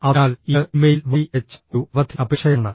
അതിനാൽ ഇത് ഇമെയിൽ വഴി അയച്ച ഒരു അവധി അപേക്ഷയാണ്